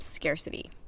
scarcity